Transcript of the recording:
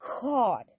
God